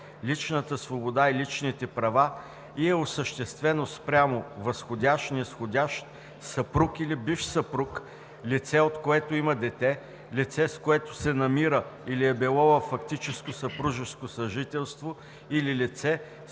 личната свобода и личните права и е осъществено спрямо възходящ, низходящ, съпруг или бивш съпруг, лице, от което има дете, лице, с което се намира или е било във фактическо съпружеско съжителство или лице,